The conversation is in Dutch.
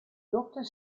dokter